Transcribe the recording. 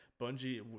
Bungie